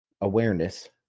awareness